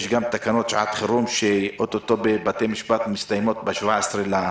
יש גם תקנות שעת חירום שאו-טו-טו מסתיימות בבתי המשפט ב-17 במאי.